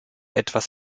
etwas